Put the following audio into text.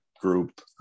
group